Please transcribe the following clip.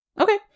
Okay